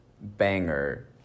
banger